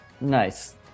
Nice